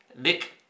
Nick